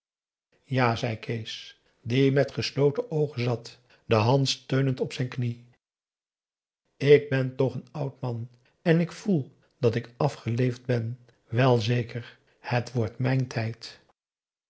ja zei kees die met gesloten oogen zat de hand steunend op zijn knie ik ben toch een oud man en ik voel dat ik afgeleefd ben wel zeker het wordt mijn tijd